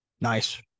nice